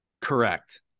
Correct